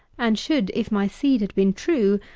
and should, if my seed had been true,